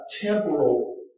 temporal